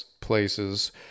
places